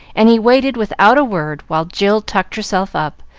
and he waited without a word while jill tucked herself up,